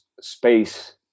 space